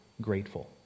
grateful